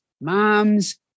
moms